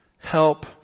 Help